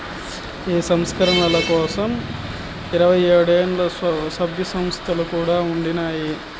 ఈ సంస్కరణల కోసరం ఇరవై ఏడు దేశాల్ల, సభ్య సంస్థలు కూడా ఉండినాయి